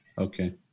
Okay